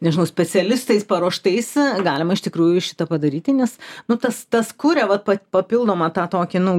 nežinau specialistais paruoštais galima iš tikrųjų šitą padaryti nes nu tas tas kuria va papildomą tą tokį nu